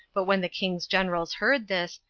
but when the king's generals heard this,